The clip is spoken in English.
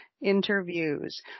interviews